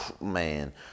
man